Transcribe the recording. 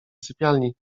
sypialni